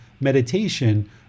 meditation